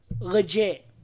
Legit